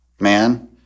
man